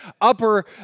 upper